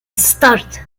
start